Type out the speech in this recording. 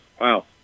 Wow